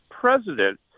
president